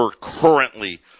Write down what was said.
currently